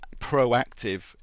proactive